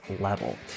level